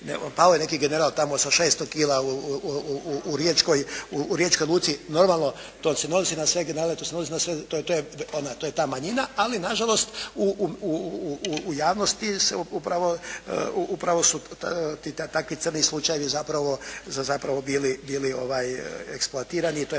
pao je neki general tamo sa 600 kila u Riječkoj luci. Normalno, to se ne odnosi na sve generale, to je ta manjina ali nažalost u javnosti upravo su ti takvi crni slučajevi zapravo bili eksploatirani i to je